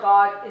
God